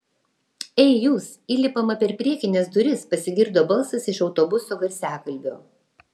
ei jūs įlipama per priekines duris pasigirdo balsas iš autobuso garsiakalbio